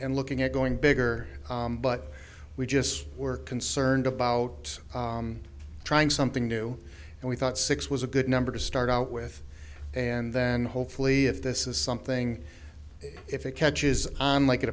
and looking at going bigger but we just were concerned about trying something new and we thought six was a good number to start out with and then hopefully if this is something if it catches on like it